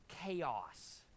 chaos